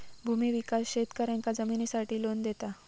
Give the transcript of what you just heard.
भूमि विकास शेतकऱ्यांका जमिनीसाठी लोन देता